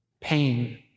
Pain